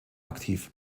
aktiv